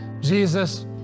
Jesus